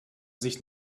sich